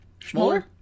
Schmoller